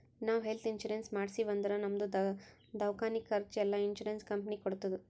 ನಾವ್ health insurance ಮಾಡ್ಸಿವ್ ಅಂದುರ್ ನಮ್ದು ದವ್ಕಾನಿ ಖರ್ಚ್ ಎಲ್ಲಾ ಇನ್ಸೂರೆನ್ಸ್ ಕಂಪನಿ ಕೊಡ್ತುದ್